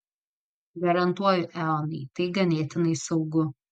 garantuoju eonai tai ganėtinai saugu